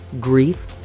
grief